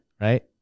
Right